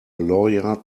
lawyer